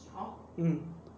mm